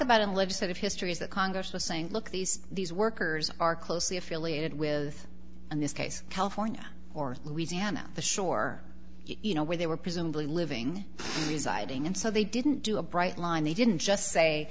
about in legislative history is that congress was saying look these these workers are closely affiliated with in this case california or louisiana the shore you know where they were presumably living residing and so they didn't do a bright line they didn't just say